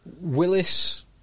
Willis